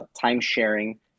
time-sharing